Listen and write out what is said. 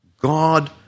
God